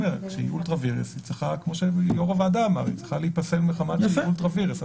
כשהיא אולטרה וירס היא צריכה להיפסל מחמת אולטרה וירס,